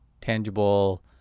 tangible